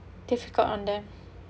difficult on them